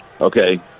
okay